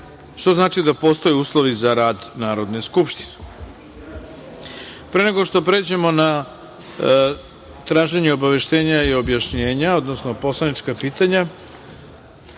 što znači da postoje uslovi za rad Narodne skupštine. Pre nego što pređemo na traženje obaveštenja i objašnjenja, odnosno poslanička pitanja,